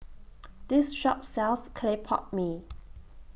This Shop sells Clay Oot Mee